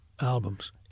albums